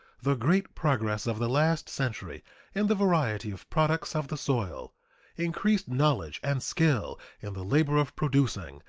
the great progress of the last century in the variety of products of the soil increased knowledge and skill in the labor of producing,